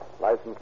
License